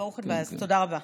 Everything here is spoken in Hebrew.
תודה רבה.